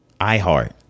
iHeart